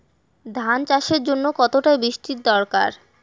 ধান চাষের জন্য কতটা বৃষ্টির দরকার?